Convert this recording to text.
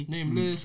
Nameless